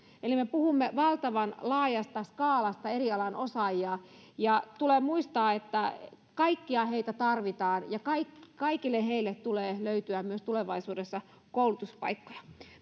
eli me puhumme valtavan laajasta skaalasta eri alan osaajia tulee muistaa että kaikkia heitä tarvitaan ja kaikille heille tulee löytyä myös tulevaisuudessa koulutuspaikkoja